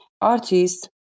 artists